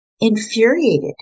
Infuriated